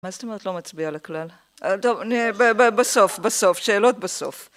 מה זאת אומרת לא מצביעה לכלל? טוב בסוף, בסוף, שאלות בסוף.